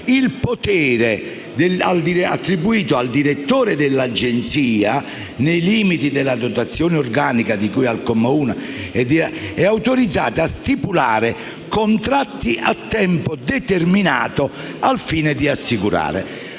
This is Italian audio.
il potere, attribuito al direttore dell'Agenzia, nei limiti della dotazione organica di cui al comma 1, di stipulare contratti a tempo determinato al fine di assicurare